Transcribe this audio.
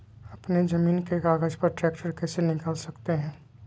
अपने जमीन के कागज पर ट्रैक्टर कैसे निकाल सकते है?